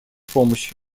помощи